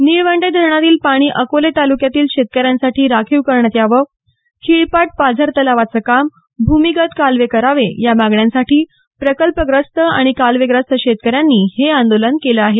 निळवंडे धरणातील पाणी अकोले तालुक्यातील शेतकऱ्यांसाठी राखीव करण्यात यावं खिळपाट पाझर तलावाचं काम भूमिगत कालवे करावे या मागण्यांसाठी प्रकल्पग्रसृत आणि कालवेग्रस्त शेतकऱ्यांनी हे आंदोलन केलं आहे